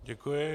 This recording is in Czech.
Děkuji.